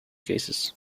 cases